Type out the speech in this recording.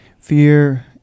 Fear